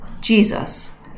Jesus